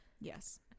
Yes